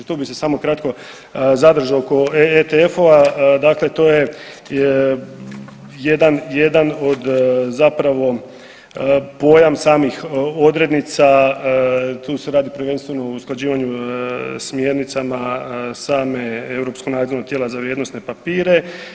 Tu bi se samo kratko zadržao oko ETF-ova, dakle to je jedan, jedan od zapravo pojam samih odrednica tu se radi prvenstveno o usklađivanju smjernica na same Europskog nadzornog tijela za vrijednosne papire.